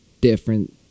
different